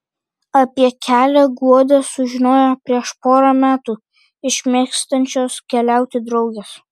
apie kelią guoda sužinojo prieš porą metų iš mėgstančios keliauti draugės